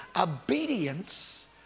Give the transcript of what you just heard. obedience